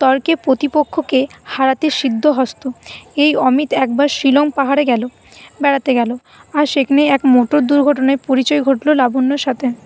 তর্কে প্রতিপক্ষকে হারাতে সিদ্ধহস্ত এই অমিত একবার শিলং পাহাড়ে গেল বেড়াতে গেল আর সেখানে এক মোটর দুর্ঘটনায় পরিচয় ঘটল লাবণ্যর সাথে